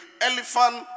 elephant